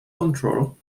control